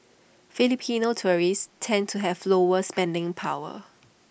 Filipino tourists tend to have lower spending power